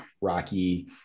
Rocky